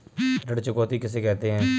ऋण चुकौती किसे कहते हैं?